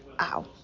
ow